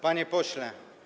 Panie Pośle!